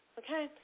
okay